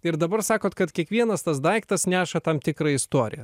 ir dabar sakot kad kiekvienas tas daiktas neša tam tikrą istoriją